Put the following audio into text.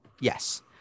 Yes